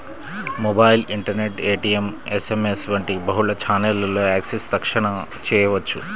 mobile, internet, ATM, SMS వంటి బహుళ ఛానెల్లలో యాక్సెస్ తక్షణ చేయవచ్చు